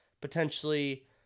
potentially